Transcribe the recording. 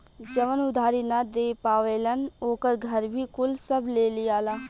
जवन उधारी ना दे पावेलन ओकर घर भी कुल सब ले लियाला